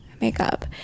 makeup